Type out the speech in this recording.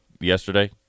yesterday –